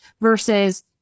versus